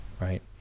right